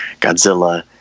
Godzilla